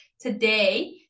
today